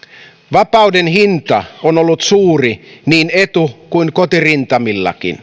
vapauden hinta on ollut suuri niin etu kuin kotirintamillakin